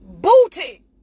booty